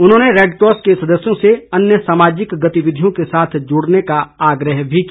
उन्होंने रेडक्रॉस के सदस्यों से अन्य सामाजिक गतिविधियों के साथ जुड़ने का आग्रह भी किया